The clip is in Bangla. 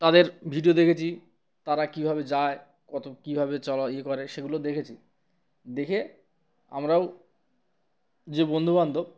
তাদের ভিডিও দেখেছি তারা কীভাবে যায় কত কীভাবে চল ইয়ে করে সেগুলো দেখেছি দেখে আমরাও যে বন্ধুবান্ধব